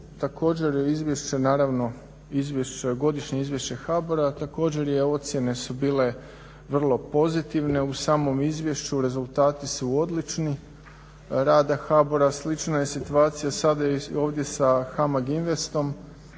izvješće, godišnje izvješće HBOR-a također je, ocjene su bile vrlo pozitivne u samom izvješću, rezultati su odlični rada HBOR-a. Slična je situacija sada i ovdje sa HAMAG INVESTOM.